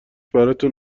براتون